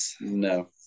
No